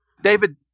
David